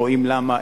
רואים למה,